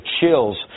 chills